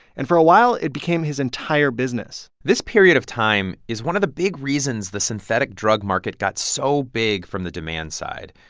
and for a while, it became his entire business this period of time is one of the big reasons the synthetic drug market got so big from the demand side.